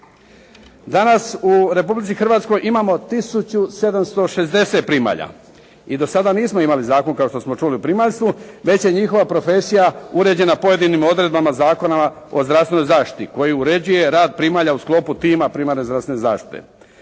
Danas u Republici Hrvatskoj imamo 1760. primalja i do sada nismo imali zakon kao što smo čuli o primaljstvu već je njihova profesija uređena pojedinim odredbama Zakona o zdravstvenoj zaštiti koji uređuje rad primalja u sklopu tima primarne zdravstvene zaštite.